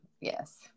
yes